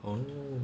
oh